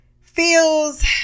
feels